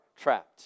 trapped